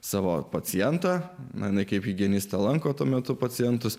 savo pacientą na na kaip higienistą lanko tuo metu pacientus